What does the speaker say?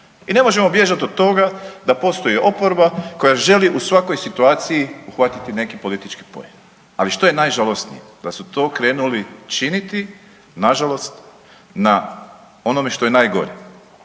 I ne možemo bježati od toga da postoji oporba koja želi u svakoj situaciji uhvatiti neki politički poen, ali što je najžalosnije da su to krenuli činiti nažalost na onome što je najgore,